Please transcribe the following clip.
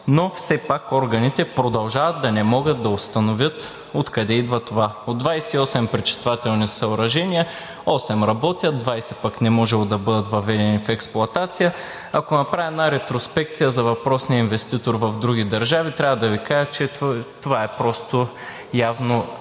но все пак органите продължават да не могат да установят откъде идва това. От 28 пречиствателни съоръжения – 8 работят, 20 пък не можело да бъдат въведени в експлоатация. Ако направя една ретроспекция за въпросния инвеститор в други държави, трябва да Ви кажа, че това е явно просто